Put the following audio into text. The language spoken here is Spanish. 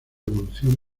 evolución